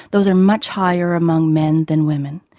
those are much higher among men than women.